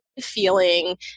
feeling